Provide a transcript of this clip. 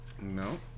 No